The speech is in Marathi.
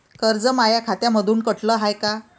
कर्ज माया खात्यामंधून कटलं हाय का?